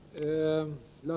Fru talman!